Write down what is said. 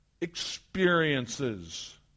experiences